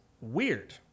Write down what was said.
weird